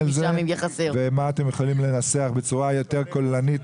אל זה ומה אתם יכולים לנסח בצורה יותר כוללנית,